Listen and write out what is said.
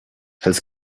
his